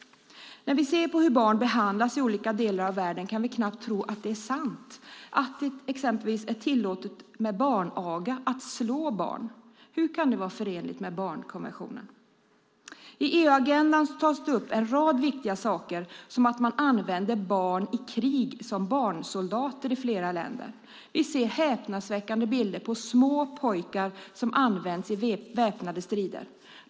När vi ser på hur barn behandlas i olika delar av världen kan vi knappt tro att det är sant, att det exempelvis är tillåtet med barnaga, att slå barn. Hur kan det vara förenligt med barnkonventionen? I EU-agendan tas det upp en rad viktiga saker, som att man i flera länder använder barn i krig som barnsoldater. Vi ser häpnadsväckande bilder på små pojkar som används i väpnade strider.